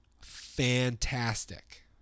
fantastic